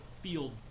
field